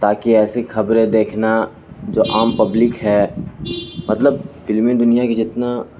تاکہ ایسی خبریں دیکھنا جو عام پبلک ہے مطلب فلمی دنیا کی جتنا